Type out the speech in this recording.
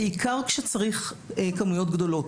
בעיקר כשצריך כמויות גדולות.